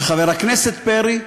וחבר הכנסת פרי,